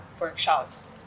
workshops